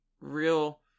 real